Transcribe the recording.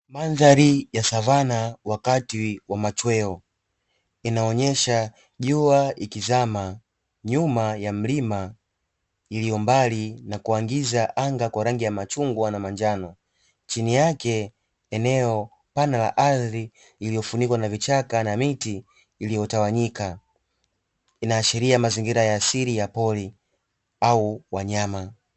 Mandhari ya savana wakati wa machweo, inaonyesha jua ikizama nyuma ya mlima, iliyo mbali na kuagiza anga kwa rangi ya machungwa na manjano, chini yake eneo pana la ardhi iliyofunikwa na vichaka na miti iliyotawanyika, inaashiria mazingira ya asili ya pori au wa nyama.